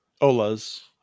Ola's